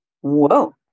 Whoa